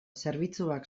zerbitzuak